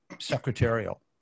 secretarial